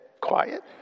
quiet